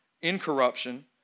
incorruption